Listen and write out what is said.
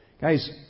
Guys